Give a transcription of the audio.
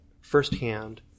firsthand